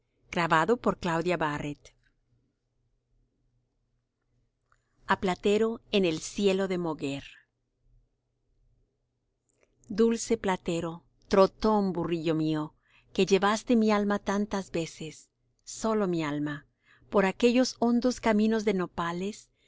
a platero en el cielo de moguer i dulce platero trotón burrillo mío que llevaste mi alma tantas veces sólo mi alma por aquellos hondos caminos de nopales